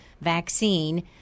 vaccine